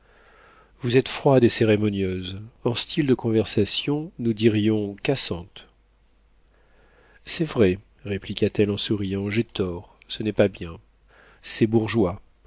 vous êtes froide et cérémonieuse en style de conversation nous dirions cassante c'est vrai répliqua-t-elle en souriant j'ai tort ce n'est pas bien c'est bourgeois